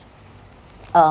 uh